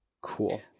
Cool